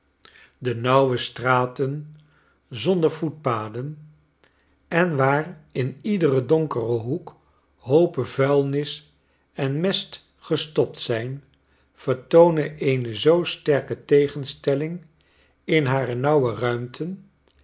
de nauwe tafereelen uit italie straten zonder voetpaden en waar in iederen donkeren hoek hoopen vuilnis en mest gestopt zyn vertoonen eene zoo sterketegenstelling in hare nauwe ruimten